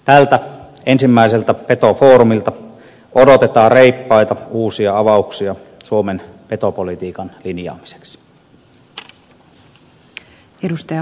tältä ensimmäiseltä petofoorumilta odotetaan reippaita uusia avauksia suomen petopolitiikan linjaamiseksi